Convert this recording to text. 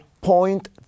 point